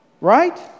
right